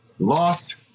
Lost